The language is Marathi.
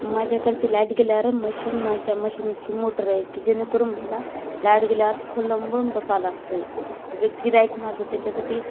माझ्याकडची लाईट गेल्यावर मशीन माझ्या मशीनीची मोटर आहे की जेणेकरून मला लाईट गेल्यावर खोळंबून बसावं लागते क गिऱ्हायक माझं त्याच्यासाठी